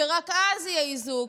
ורק אז יהיה איזוק.